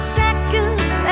seconds